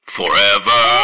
forever